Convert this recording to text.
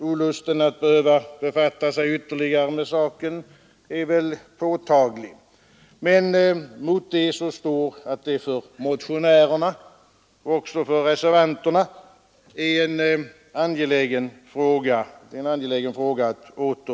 Olusten att behöva befatta sig ytterligare med saken är påtaglig, men mot detta står att det för motionärerna och reservanterna är en angelägen fråga att åter ta upp, inte minst i frihetens intresse.